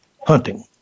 hunting